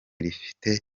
rifite